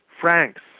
Franks